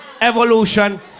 Evolution